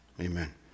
Amen